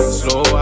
slow